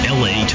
la